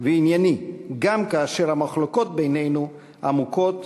וענייני גם כאשר המחלוקות בינינו עמוקות